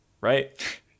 right